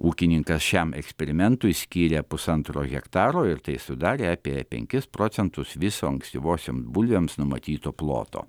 ūkininkas šiam eksperimentui skyrė pusantro hektaro ir tai sudarė apie penkis procentus viso ankstyvosiom bulvėms numatyto ploto